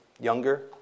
younger